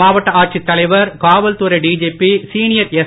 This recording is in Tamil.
மாவட்ட ஆட்சித் தலைவர் காவல்துறை டிஜிபி சீனியர் எஸ்